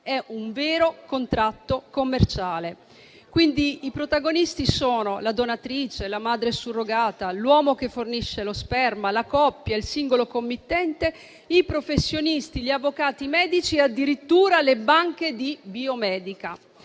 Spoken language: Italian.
È un vero contratto commerciale. Quindi, i protagonisti sono la donatrice, la madre surrogata, l'uomo che fornisce lo sperma, la coppia, il singolo committente, i professionisti, gli avvocati, i medici e addirittura le banche di biomedica: